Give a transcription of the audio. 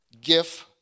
gift